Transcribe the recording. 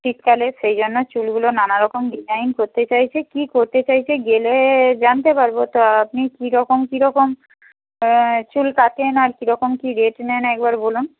শীতকালে সেই জন্য চুলগুলো নানা রকম ডিজাইন করতে চাইছে কী করতে চাইছে গেলে জানতে পারব তো আপনি কীরকম কীরকম চুল কাটেন আর কীরকম কী রেট নেন একবার বলুন